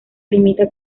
limita